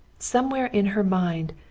somewhere in her mind,